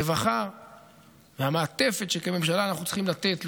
לקבורה של נפטרים במהירות האפשרית.